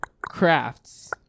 crafts